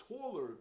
taller